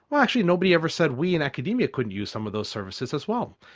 well actually nobody ever said we in academia couldn't use some of those services as well,